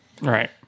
Right